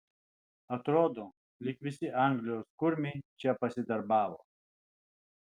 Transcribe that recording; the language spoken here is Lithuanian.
atrodo lyg visi anglijos kurmiai čia pasidarbavo